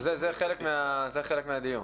זה חלק מהדיון.